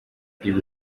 ibi